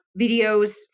videos